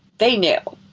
they knew.